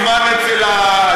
ביקר לא מזמן אצל האדמו"ר,